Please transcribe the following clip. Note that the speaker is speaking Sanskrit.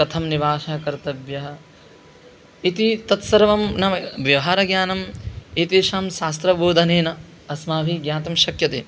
कथं निवासः कर्तव्यः इति तत्सर्वं नाम व्यवहारज्ञानम् एतेषां शास्त्रबोधनेन अस्माभिः ज्ञातुं शक्यते